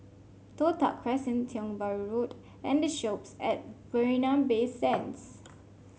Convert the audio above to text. Toh Tuck Crescent Tiong Bahru Road and The Shoppes at Marina Bay Sands